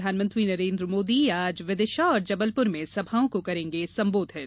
प्रधानमंत्री नरेन्द्र मोदी आज विदिशा और जबलपुर में सभाओं को करेंगे संबोधित